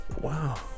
wow